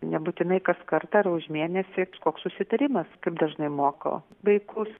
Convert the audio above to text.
nebūtinai kaskart ar už mėnesį koks susitarimas kaip dažnai moko vaikus